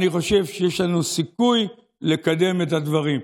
אני חושב שיש לנו סיכוי לקדם את הדברים.